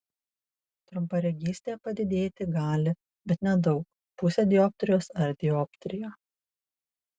trumparegystė padidėti gali bet nedaug pusę dioptrijos ar dioptriją